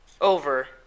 over